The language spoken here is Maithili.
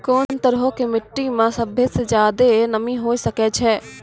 कोन तरहो के मट्टी मे सभ्भे से ज्यादे नमी हुये सकै छै?